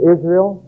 Israel